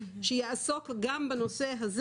שיעסוק גם בנושא הזה.